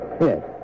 Yes